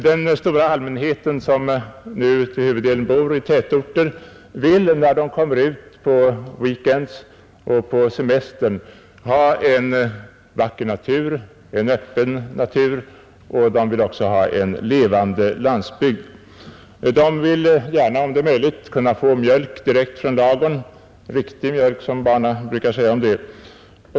Den stora allmänheten som nu till huvuddelen bor i tätorter vill, när man kommer ut på weekend och semester, möta en vacker och öppen natur och en levande landsbygd. Människor vill gärna, om det är möjligt, kunna få mjölk direkt från ladugården — riktig mjölk, som barnen brukar säga.